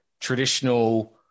traditional